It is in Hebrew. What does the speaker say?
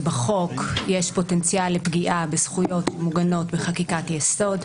שבחוק יש פוטנציאל לפגיעה בזכויות מוגנות בחקיקת יסוד.